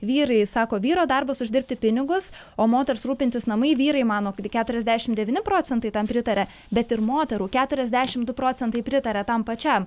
vyrai sako vyro darbas uždirbti pinigus o moters rūpintis namai vyrai mano kiti keturiasdešimt devyni procentai tam pritaria bet ir moterų keturiasdešimt du procentai pritaria tam pačiam